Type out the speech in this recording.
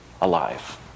alive